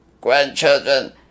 grandchildren